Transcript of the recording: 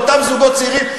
לאותם זוגות צעירים.